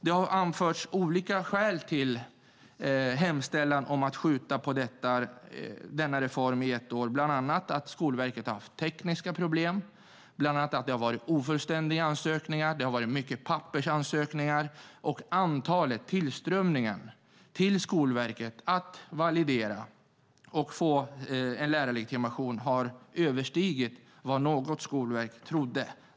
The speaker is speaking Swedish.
Det har anförts olika skäl till hemställan om att skjuta på denna reform i ett år, bland annat att Skolverket har haft tekniska problem, att ansökningar har varit ofullständiga, att det har varit många pappersansökningar och att antalet ansökningar hos Skolverket om validering och lärarlegitimation har överstigit vad någon på Skolverket trodde.